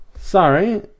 Sorry